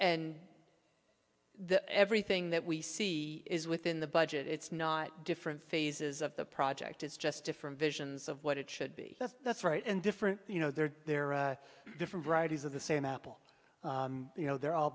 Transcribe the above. and the everything that we see is within the budget it's not different phases of the project it's just different visions of what it should be that's right and different you know there there are different varieties of the same apple you know they're all